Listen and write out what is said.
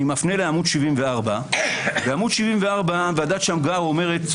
אני מפנה לעמ' 74. בעמ' 74 ועדת שמגר אומרת,